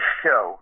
show